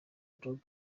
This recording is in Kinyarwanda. dogg